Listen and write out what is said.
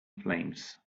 flames